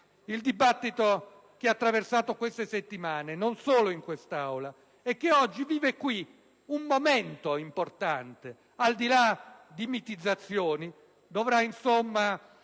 Il dibattito che ha attraversato queste settimane, non solo in quest'Aula, e che oggi vive qui un momento importante, al di là di mitizzazioni, dovrà gettare